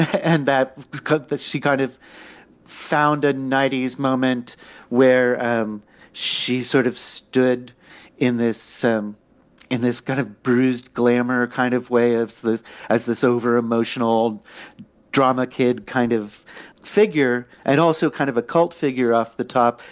and that cut that she kind of found a ninety s moment where um she sort of stood in this in this kind of bruised glamour kind of way of this as this over emotional drama kid kind of figure. it also kind of a cult figure off the top.